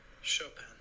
Chopin